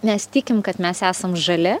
mes tikim kad mes esam žali